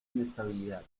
inestabilidad